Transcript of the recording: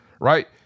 right